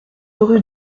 rue